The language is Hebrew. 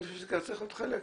אני חושב שכאן צריך להיות חלק,